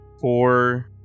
Four